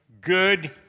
good